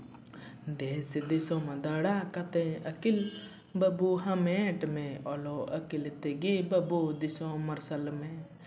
ᱫᱮᱥ ᱫᱤᱥᱳᱢ ᱫᱟᱬᱟ ᱠᱟᱛᱮᱜ ᱟᱹᱠᱤᱞ ᱵᱟᱹᱵᱩ ᱦᱟᱢᱮᱴ ᱢᱮ ᱚᱞᱚᱜ ᱟᱹᱠᱤᱞ ᱛᱮᱜᱮ ᱵᱟᱹᱵᱩ ᱫᱤᱥᱚᱢ ᱢᱟᱨᱥᱟᱞ ᱢᱮ